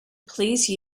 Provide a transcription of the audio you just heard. please